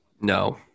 no